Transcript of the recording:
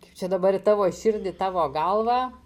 čia dabar į tavo širdį tavo galvą